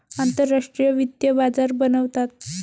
आंतरराष्ट्रीय वित्तीय बाजार बनवतात